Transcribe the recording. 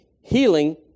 healing